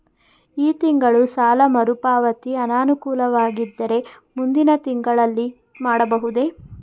ಈ ತಿಂಗಳು ಸಾಲ ಮರುಪಾವತಿ ಅನಾನುಕೂಲವಾಗಿದ್ದರೆ ಮುಂದಿನ ತಿಂಗಳಲ್ಲಿ ಮಾಡಬಹುದೇ?